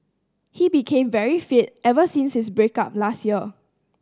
he became very fit ever since his break up last year